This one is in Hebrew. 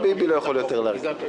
גם ביבי לא יכול יותר להרכיב.